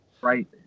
right